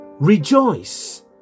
Rejoice